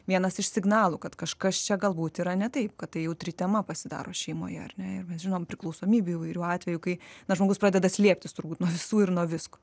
vienas iš signalų kad kažkas čia galbūt yra ne taip kad tai jautri tema pasidaro šeimoje ar ne ir mes žinom priklausomybių įvairių atvejų kai na žmogus pradeda slėptis turbūt nuo visų ir nuo visko